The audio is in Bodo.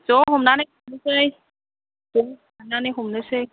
ज' हमनानै थांनोसै ज' हमनोसै